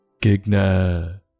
Gigna